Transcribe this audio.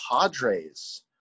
Padres